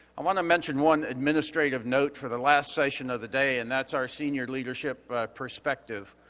i wanna mention one administrative note for the last session of the day and that's our senior leadership perspective.